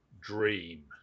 Dream